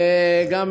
וגם